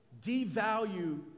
devalue